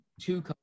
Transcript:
Two